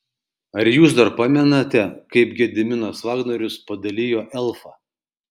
ar jūs dar pamenate kaip gediminas vagnorius padalijo elfą